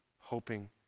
hoping